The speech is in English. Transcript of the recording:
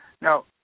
Now